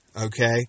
Okay